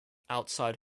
outside